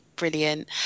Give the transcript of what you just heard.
Brilliant